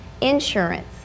insurance